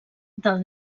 del